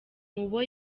mubo